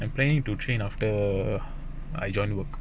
I'm planning to train after I joined work